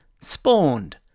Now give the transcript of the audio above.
spawned